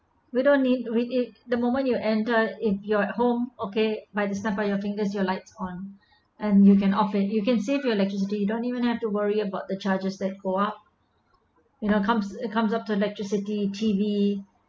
we don't need read it the moment you enter if you're at home okay by you snap your fingers your lights on and you can off it you can save electricity you don't even have to worry about the charges that go up you know comes it comes up electricity T_V